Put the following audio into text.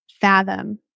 fathom